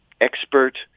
expert